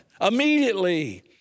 immediately